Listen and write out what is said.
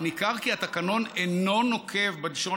נאמר: "ניכר כי התקנון אינו נוקב בלשון